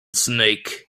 snake